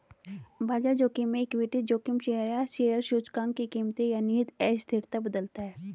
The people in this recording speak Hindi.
बाजार जोखिम में इक्विटी जोखिम शेयर या शेयर सूचकांक की कीमतें या निहित अस्थिरता बदलता है